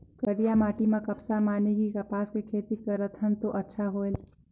करिया माटी म कपसा माने कि कपास के खेती करथन तो अच्छा होयल?